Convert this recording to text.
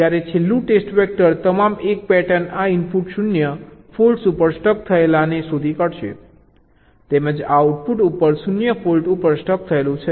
જ્યારે છેલ્લું test vector તમામ 1 પેટર્ન આ ઇનપુટ ઉપર 0 ફોલ્ટ્સ ઉપર સ્ટક થયેલા આને શોધી કાઢશે તેમજ આ આઉટપુટ ઉપર 0 ફોલ્ટ્સ ઉપર સ્ટક થયેલું છે